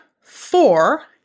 four